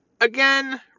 Again